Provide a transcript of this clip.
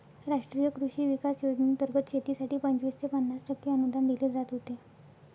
राष्ट्रीय कृषी विकास योजनेंतर्गत शेतीसाठी पंचवीस ते पन्नास टक्के अनुदान दिले जात होते